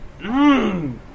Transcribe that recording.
Mmm